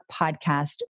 podcast